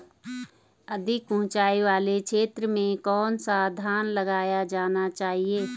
अधिक उँचाई वाले क्षेत्रों में कौन सा धान लगाया जाना चाहिए?